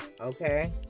okay